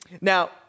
Now